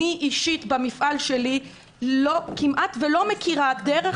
אני אישית במפעל שלי כמעט ולא מכירה דרך